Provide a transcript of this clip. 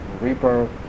rebirth